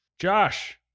josh